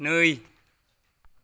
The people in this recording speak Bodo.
नै